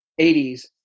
80s